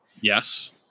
Yes